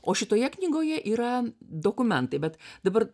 o šitoje knygoje yra dokumentai bet dabar